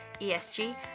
ESG